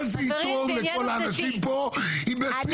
מה זה יתרום לכל האנשים פה אם ב-2021